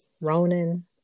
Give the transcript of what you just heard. Ronan